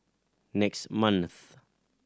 next month